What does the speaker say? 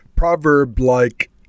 proverb-like